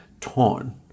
torn